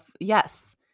yes